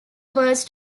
worst